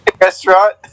Restaurant